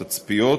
תצפיות,